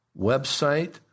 website